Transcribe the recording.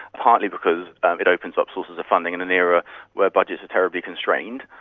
partly because it opens up sources of funding in an era where budgets are terribly constrained,